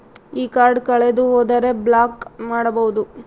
ಈ ಕಾರ್ಡ್ ಕಳೆದು ಹೋದರೆ ಬ್ಲಾಕ್ ಮಾಡಬಹುದು?